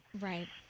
Right